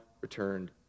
returned